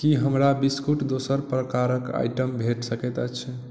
कि हमरा बिस्कुट दोसर प्रकारक आइटम भेट सकैत अछि